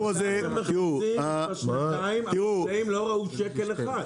--- כבר שנתיים החקלאים לא ראו שקל אחד.